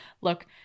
Look